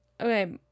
okay